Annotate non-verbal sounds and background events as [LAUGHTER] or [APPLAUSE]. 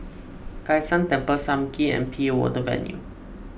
Kai San Temple Sam Kee and P A Water Venture [NOISE]